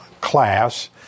class